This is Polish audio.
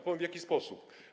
Powiem w jaki sposób.